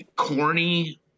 Corny